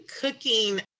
Cooking